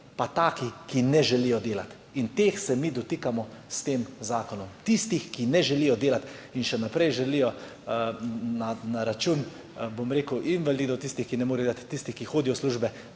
pa take, ki ne želijo delati. In teh se mi dotikamo s tem zakonom, tistih, ki ne želijo delati in še naprej želijo na račun invalidov, tistih, ki ne morejo delati, tistih, ki hodijo v službe